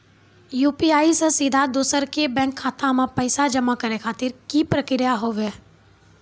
UPI से सीधा दोसर के बैंक खाता मे पैसा जमा करे खातिर की प्रक्रिया हाव हाय?